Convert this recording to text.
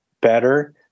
better